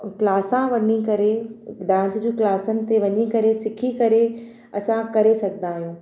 क्लासा वञी करे डांस जूं क्लासनि ते वञी करे सिखी करे असां करे सघंदा आहियूं